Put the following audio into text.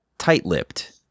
tight-lipped